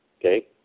Okay